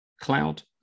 cloud